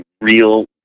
real